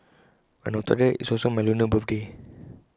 and on top of that IT is also my lunar birthday